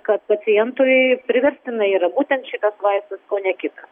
kad pacientui priverstinai yra būtent šitas vaistas o ne kitas